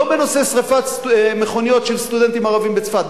לא בנושא שרפת מכוניות של סטודנטים ערבים בצפת,